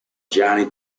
johnny